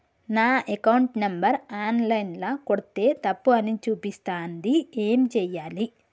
నా account number online ల కొడ్తే తప్పు అని చూపిస్తాంది ఏం చేయాలి?